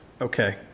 Okay